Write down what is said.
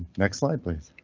next slide please.